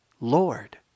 Lord